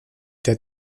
der